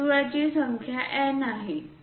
वर्तुळाची संख्या N आहे